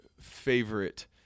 favorite